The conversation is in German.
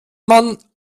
man